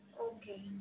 Okay